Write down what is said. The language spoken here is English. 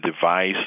device